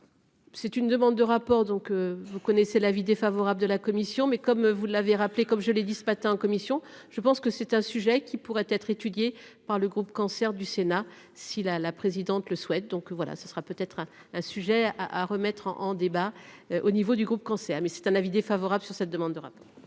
C'est une demande de rapport, donc vous connaissez l'avis défavorable de la commission mais comme vous l'avez rappelé, comme je l'ai dit ce matin en commission, je pense que c'est un sujet qui pourrait être étudiée par le groupe cancer du Sénat si la la présidente le souhaite donc voilà ce sera peut être un sujet à à remettre en débat au niveau du groupe quand mais c'est un avis défavorable sur cette demande d'Europe.